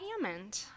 Hammond